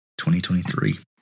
2023